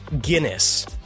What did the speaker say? Guinness